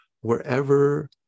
Wherever